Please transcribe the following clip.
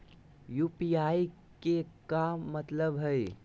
UPI के का मतलब हई?